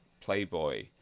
playboy